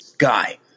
guy